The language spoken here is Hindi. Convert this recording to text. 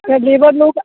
अगर लेबर लोग